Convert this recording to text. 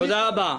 תודה רבה.